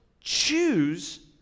choose